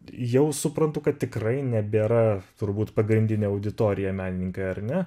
jau suprantu kad tikrai nebėra turbūt pagrindinė auditorija menininkai ar ne